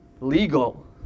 legal